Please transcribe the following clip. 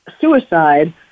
suicide